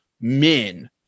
men